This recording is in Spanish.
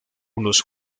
unos